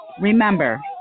Remember